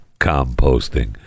composting